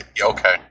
Okay